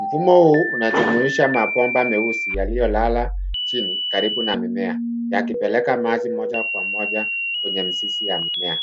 Mfumo huu unajumuisha mabomba meusi yaliyolala chini karibu na mimea ikipeleka maji moja kwa moja kwenye mizizi ya mimea.